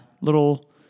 little